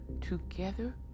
Together